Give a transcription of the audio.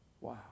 Wow